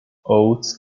oats